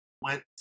went